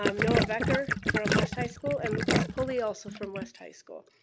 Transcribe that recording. um noah vecker from west high school and lucas pulley, also from west high school.